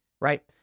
right